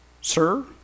Sir